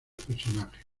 personajes